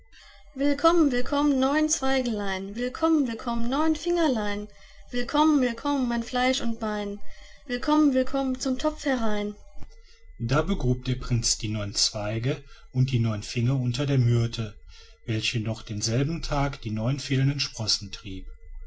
willkomm willkomm neun zweigelein willkomm willkomm neun fingerlein willkomm willkomm mein fleisch und bein willkomm willkomm zum topf herein da begrub der prinz die neun zweige und die neun finger unter die myrte welche noch denselben tag die neun fehlenden sprossen trieb